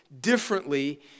differently